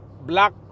black